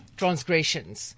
transgressions